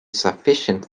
sufficient